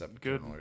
good